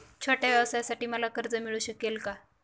छोट्या व्यवसायासाठी मला कर्ज मिळू शकेल का?